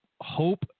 hope